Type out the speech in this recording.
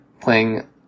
playing